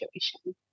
situation